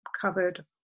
covered